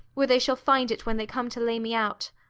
where they shall find it when they come to lay me out.